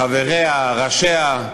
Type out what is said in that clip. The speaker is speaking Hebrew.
חבריה, ראשיה,